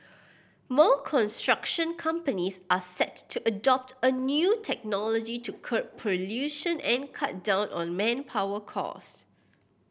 more construction companies are set to adopt a new technology to curb pollution and cut down on manpower costs